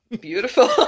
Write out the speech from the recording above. beautiful